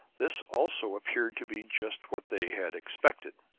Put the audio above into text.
this, also, appeared to be just what they had expected.